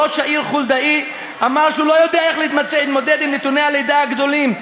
ראש העיר חולדאי אמר שהוא לא יודע איך להתמודד עם נתוני הלידה הגדולים.